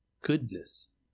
goodness